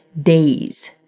days